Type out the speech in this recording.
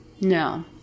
No